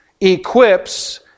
equips